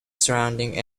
surrounding